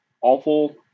awful